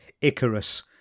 Icarus